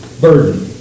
burden